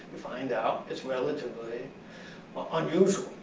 you find out it's relatively ah unusual.